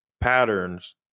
patterns